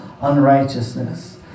unrighteousness